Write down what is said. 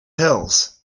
pills